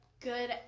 good